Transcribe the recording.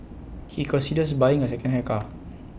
he considers buying A secondhand car